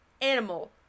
animal